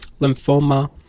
lymphoma